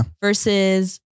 versus